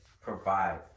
provide